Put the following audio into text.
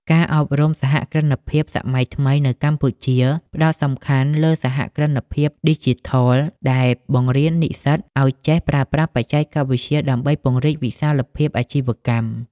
ការអប់រំសហគ្រិនភាពសម័យថ្មីនៅកម្ពុជា ផ្ដោតខ្លាំងលើ "សហគ្រិនភាពឌីជីថល" ដែលបង្រៀននិស្សិតឱ្យចេះប្រើប្រាស់បច្ចេកវិទ្យាដើម្បីពង្រីកវិសាលភាពអាជីវកម្ម។